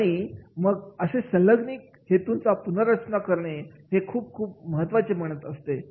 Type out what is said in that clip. आणि मग इथे संलग्नित हेतूंची पुनर्रचना करणे हे खूप खूप महत्त्वाचे बनत असते